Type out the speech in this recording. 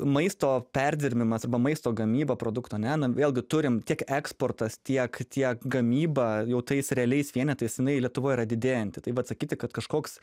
maisto perdirbimas arba maisto gamyba produkto ane na vėlgi turim tiek eksportas tiek tiek gamyba jau tais realiais vienetais jinai lietuvoj yra didėjanti tai vat sakyti kad kažkoks